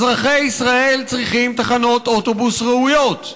אזרחי ישראל צריכים תחנות אוטובוס ראויות.